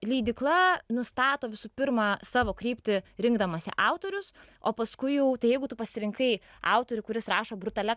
leidykla nustato visų pirma savo kryptį rinkdamasi autorius o paskui jau jeigu tu pasirinkai autorių kuris rašo brutalia